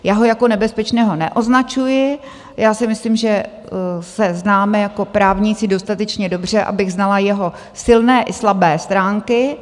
Já ho jako nebezpečného neoznačuji, já si myslím, že se známe jako právníci dostatečně dobře, abych znala jeho silné i slabé stránky.